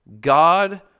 God